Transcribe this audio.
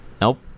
nope